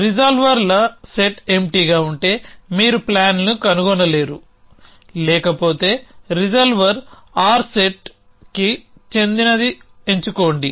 రిసల్వర్ల set ఎంప్టీగా ఉంటే మీరు ప్లాన్ని కనుగొనలేరు లేకపోతే రిసల్వర్ R సెట్కు చెందినది ఎంచుకోండి